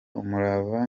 umurava